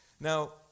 now